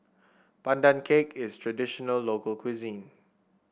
Pandan Cake is traditional local cuisine